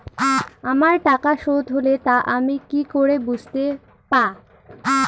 আমার টাকা শোধ হলে তা আমি কি করে বুঝতে পা?